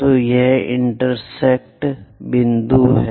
तो यह इंटेरसेक्ट बिंदु यहां है